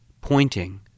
pointing